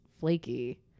flaky